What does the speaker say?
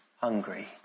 hungry